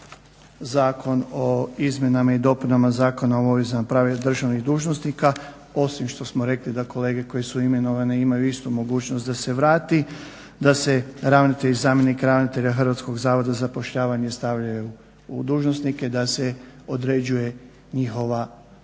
Zakon o izmjenama i dopunama Zakona o obavezama i pravima državnih dužnosnika osim što smo rekli da kolege koji su imenovani imaju istu mogućnost da se vrate, da se ravnatelj i zamjenik ravnatelja Hrvatskog zavoda za zapošljavanje stavljaju u dužnosnike, da se određuje njihova